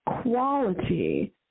quality